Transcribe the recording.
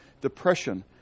depression